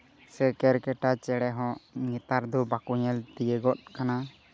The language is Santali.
ᱥᱮ ᱠᱮᱨᱠᱮᱴᱟ ᱪᱮᱬᱮ ᱦᱚᱸ ᱱᱮᱛᱟᱨ ᱫᱚ ᱵᱟᱠᱚ ᱧᱮᱞ ᱛᱤᱭᱳᱜᱚᱜ ᱠᱟᱱᱟ